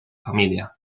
familia